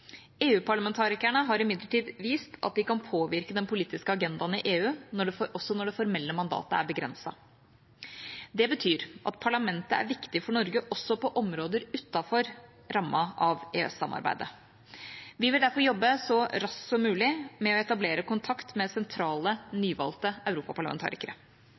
EU-parlamentarikerne har imidlertid vist at de kan påvirke den politiske agendaen i EU også når det formelle mandatet er begrenset. Det betyr at Parlamentet er viktig for Norge også på områder utenfor rammen av EØS-samarbeidet. Vi vil derfor jobbe så raskt som mulig med å etablere kontakt med sentrale, nyvalgte europaparlamentarikere.